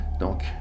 Donc